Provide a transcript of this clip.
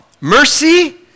Mercy